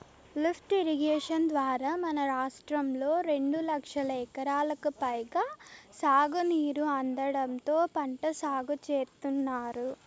lift irrigation ద్వారా మన రాష్ట్రంలో రెండు లక్షల ఎకరాలకు పైగా సాగునీరు అందడంతో పంట సాగు చేత్తున్నారు